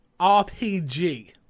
RPG